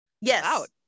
yes